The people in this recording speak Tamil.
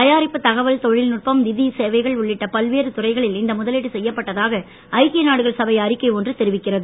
தயாரிப்பு தகவல் தொழில்நுட்பம் நிதி சேவைகள் உள்ளிட்ட பல்வேறு துறைகளில் இந்த முதலீடு செய்யப்பட்டதாக ஐக்கிய நாடுகள் சபை அறிக்கை ஒன்று தெரிவிக்கிறது